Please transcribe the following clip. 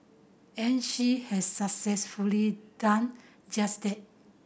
and she has successfully done just that